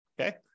okay